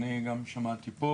גם שמעתי פה,